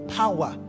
power